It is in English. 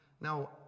Now